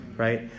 right